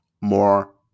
More